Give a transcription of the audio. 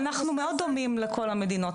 אנחנו מאוד דומים לכל המדינות,